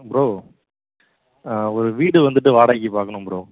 bro ஒரு வீடு வந்துட்டு வாடகைக்குப் பார்க்கணும் ப்ரோ